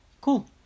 cool